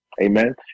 Amen